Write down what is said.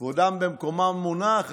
כבודם במקומו מונח,